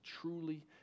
truly